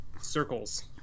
circles